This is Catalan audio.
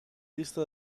llista